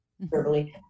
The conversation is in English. verbally